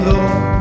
Lord